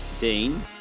Dean